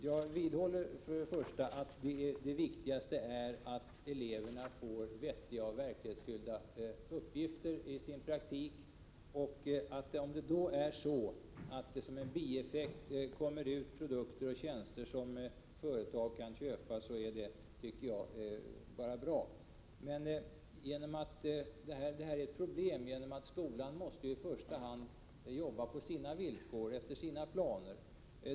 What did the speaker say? Jag vidhåller att det viktigaste är att eleverna får vettiga och verklighetsanknutna uppgifter i sin praktik. Om det som en bieffekt kommer ut produkter och tjänster som företag kan köpa, tycker jag att det är bara bra. Skolan måste i första hand jobba på sina villkor och efter sina planer.